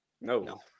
No